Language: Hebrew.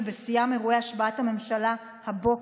ובשיאם אירועי השבעת הממשלה הבוקר,